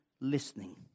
listening